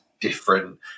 different